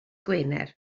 gwener